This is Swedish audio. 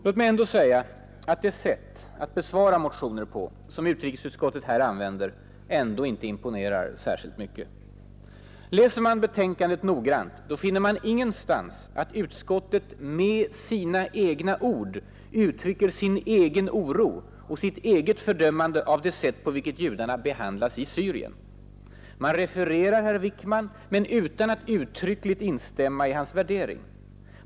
Låt mig ändå säga att det sätt att besvara motioner på, som utrikesutskottet här använder, inte imponerar särskilt mycket. Läser man betänkandet noggrant finner man ingenstans att utskottet med sina egna ord uttrycker sin egen oro och sitt eget fördömande av det sätt på vilket judarna behandlas i Syrien. Man refererar herr Wickman, men utan att uttryckligt instämma i hans värdering.